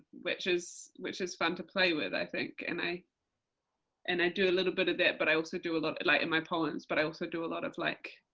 which is, which is fun to play with i think, and i and i do a little bit of that, but i also do a lot of, like in my poems, but i also do a lot of like,